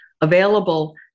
available